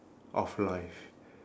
of life